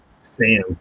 Sam